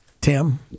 Tim